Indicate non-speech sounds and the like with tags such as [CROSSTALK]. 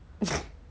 [LAUGHS]